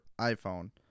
iPhone